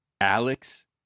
Alex